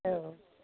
औ